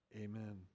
amen